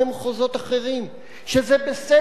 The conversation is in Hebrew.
אני יודע שיש מחוזות כאלה,